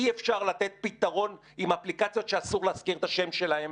אי אפשר לתת פתרון עם אפליקציות שאסור להזכיר את השם שלהן,